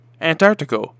Antarctica